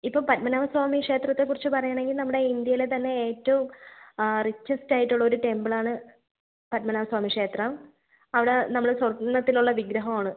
ഇപ്പം പദ്മനാഭസ്വാമി ക്ഷേത്രത്തെക്കുറിച്ചു പറയുകയാണെങ്കിൽ നമ്മുടെ ഇന്ത്യയിലെത്തന്നെ ഏറ്റവും റിച്ചെസ്റ്റായിട്ടുള്ള ഒരു ടെമ്പിളാണ് പദ്മനാഭസ്വാമിക്ഷേത്രം അവിടെ നമ്മൾ സ്വർണ്ണത്തിലുള്ള വിഗ്രഹമാണ്